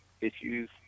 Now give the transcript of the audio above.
issues